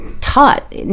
taught